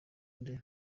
nde